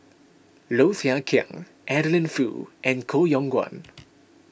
Low Thia Khiang Adeline Foo and Koh Yong Guan